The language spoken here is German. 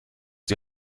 die